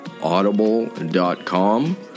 Audible.com